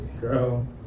Girl